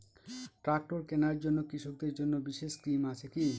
Tractor কেনার জন্য কৃষকদের জন্য বিশেষ স্কিম আছে কি?